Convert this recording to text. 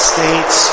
States